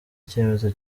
icyemezo